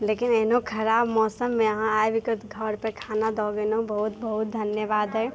लेकिन एहनो खराब मौसममे अहाँ आबि कऽ घरपर खाना दऽ गेनहुँ बहुत बहुत धन्यवाद अइ